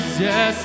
yes